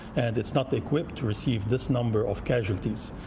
and it's not equipped to receive this number of casualties.